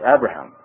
Abraham